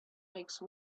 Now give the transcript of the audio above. make